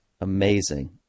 Amazing